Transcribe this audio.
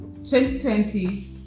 2020